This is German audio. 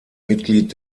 mitglied